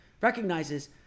recognizes